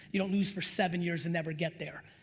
you don't lose for seven years and never get there.